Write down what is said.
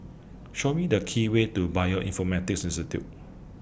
Show Me The Key Way to Bioinformatics Institute